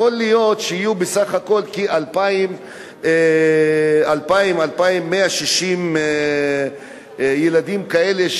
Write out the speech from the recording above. יכול להיות שיהיו בסך הכול 2,000 2,160 ילדים כאלה,